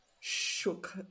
shook